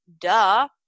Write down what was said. Duh